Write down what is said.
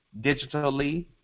digitally